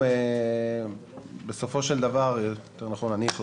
אני מתכבד לפתוח את ישיבת הוועדה המסדרת.